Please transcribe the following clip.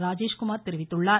ராஜேஷ்குமார் தெரிவித்துள்ளார்